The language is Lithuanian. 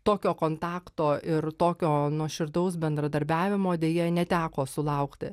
tokio kontakto ir tokio nuoširdaus bendradarbiavimo deja neteko sulaukti